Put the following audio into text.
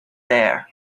there